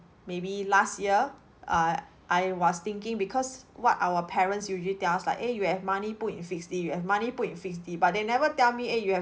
maybe last year uh I was thinking because what our parents usually tell us like eh you have money put in fixed D you have money put in fixed D but they never tell me eh you have